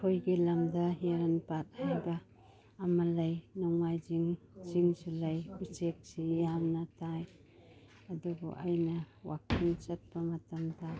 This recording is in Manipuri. ꯑꯩꯈꯣꯏꯒꯤ ꯂꯝꯗ ꯌꯥꯔꯟ ꯄꯥꯠ ꯍꯥꯏꯕ ꯑꯃ ꯂꯩ ꯅꯣꯡꯃꯥꯏꯖꯤꯡ ꯆꯤꯡꯁꯨ ꯂꯩ ꯎꯆꯦꯛꯁꯤꯡ ꯌꯥꯝꯅ ꯇꯥꯏ ꯑꯗꯨꯕꯨ ꯑꯩꯅ ꯋꯥꯛꯀꯤꯡ ꯆꯠꯄ ꯃꯇꯝꯗ